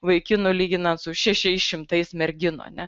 vaikinų lyginant su šešiais šimtais merginų a ne